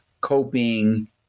coping